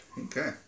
Okay